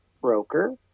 broker